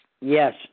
Yes